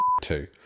two